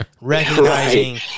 recognizing